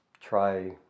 try